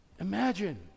Imagine